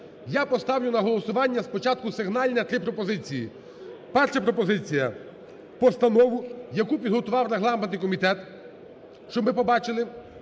я поставлю на голосування спочатку на сигнальне три пропозиції. Перша пропозиція. Постанову, яку підготував регламентний комітет, щоб ми побачили.